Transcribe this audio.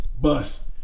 bus